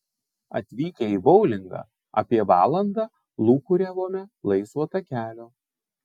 atvykę į boulingą apie valandą lūkuriavome laisvo takelio